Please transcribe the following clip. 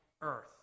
earth